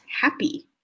happy